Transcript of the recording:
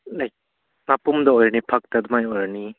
ꯂꯩ ꯃꯄꯨꯝꯗ ꯑꯣꯏꯔꯗꯤ ꯐꯛꯇ ꯑꯗꯨꯃꯥꯏ ꯑꯣꯏꯔꯅꯤ